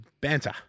Banter